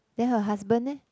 then her husband leh